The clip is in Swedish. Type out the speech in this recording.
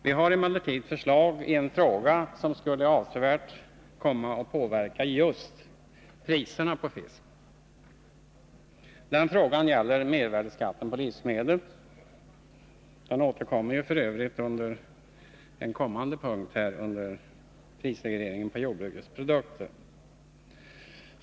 Vi har emellertid förslag som avsevärt skulle komma att påverka just priserna på fisk. Det gäller mervärdeskatten på livsmedel, en fråga som f. ö. återkommer under den kommande punkten Reglering av priserna på jordbruksprodukter.